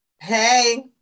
Hey